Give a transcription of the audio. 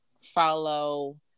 follow